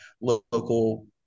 local